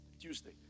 Tuesday